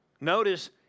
notice